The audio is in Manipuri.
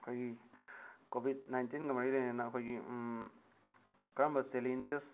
ꯑꯩꯈꯣꯏꯒꯤ ꯀꯣꯕꯤꯠ ꯅꯥꯏꯟꯇꯤꯟꯒ ꯃꯔꯤ ꯂꯩꯅꯅ ꯑꯩꯈꯣꯏꯒꯤ ꯀꯔꯝꯕ ꯆꯦꯂꯦꯟꯖꯦꯁ